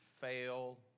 fail